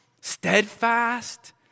steadfast